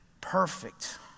perfect